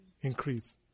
increase